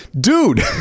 dude